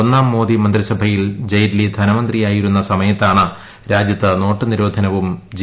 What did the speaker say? ഒന്നീം മോദി മന്ത്രിസഭയിൽ ജെയ്റ്റ്ലി ധനമന്ത്രിയായിരുന്ന സ്റ്മയ്ത്താണ് രാജ്യത്ത് നോട്ടു നിരോധനവും ജി